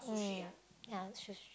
mm yeah sushi